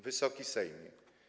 Wysoki Sejmie!